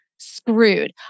screwed